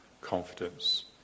confidence